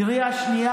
קריאה שנייה,